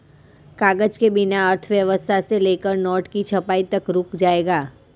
कागज के बिना अर्थव्यवस्था से लेकर नोट की छपाई तक रुक जाएगा